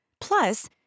Plus